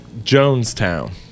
jonestown